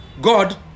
God